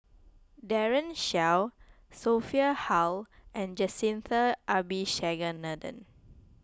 Daren Shiau Sophia Hull and Jacintha Abisheganaden